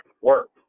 Work